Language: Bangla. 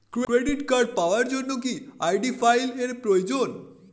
ক্রেডিট কার্ড পাওয়ার জন্য কি আই.ডি ফাইল এর প্রয়োজন?